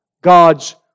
God's